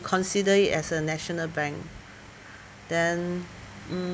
consider it as a national bank then mm